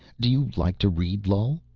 do you like to read lull?